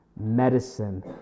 Medicine